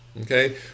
Okay